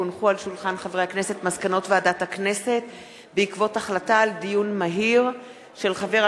כי הונחו על שולחן הכנסת מסקנות ועדת הכנסת בעקבות דיון מהיר בנושא: